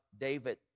David